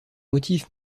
motif